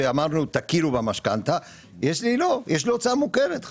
שאמרנו שתכירו במשכנתא; יש לי הוצאה מוכרת.